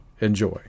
Enjoy